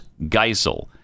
Geisel